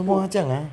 做什么他这样 ah